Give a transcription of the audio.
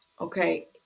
okay